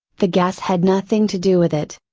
the gas had nothing to do with it.